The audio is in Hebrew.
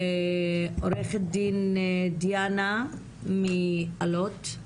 עו"ד דיאנה מאלו"ט.